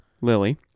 Lily